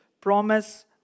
promise